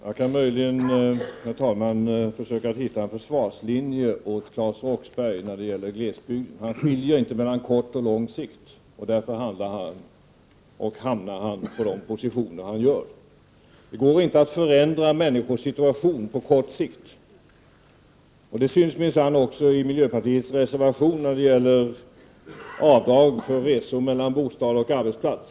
Herr talman! Jag kan möjligen försöka hitta en försvarslinje åt Claes Roxbergh när det gäller glesbygden. Han skiljer nämligen inte mellan kort och lång sikt. Därför hamnar han i de positioner han gör. Det går inte att förändra människors situation på kort sikt. Det syns minsann också i miljöpartiets reservation när det gäller avdrag för resor mellan bostad och arbetsplats.